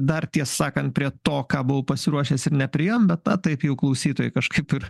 dar tiesą sakant prie to ką buvau pasiruošęs ir nepriėjom bet ta taip jau klausytojai kažkaip ir